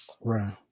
Right